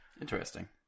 Interesting